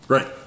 Right